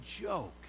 joke